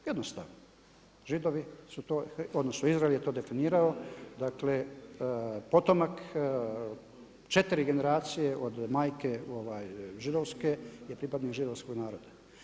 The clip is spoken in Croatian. Jednostavno, Židovi su to odnosno Izrael je to definirao, dakle, potomak 4 generacije od majke židovske je pripadnik židovskog naroda.